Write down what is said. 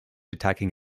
attacking